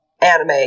anime